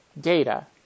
data